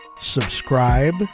subscribe